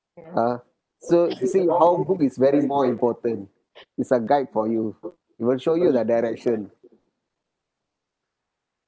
ah so you see how book is very more important it's a guide for you it will show you the direction